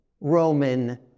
Roman